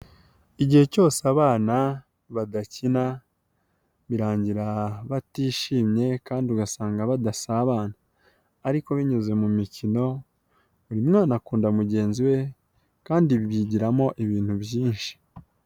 Igihe cyose abana badakina birangira batishimye kandi ugasanga badasabana, ariko binyuze mu mikino buri mwana akunda mugenzi we kandi bigiramo ibintu byinshi.